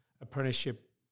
apprenticeship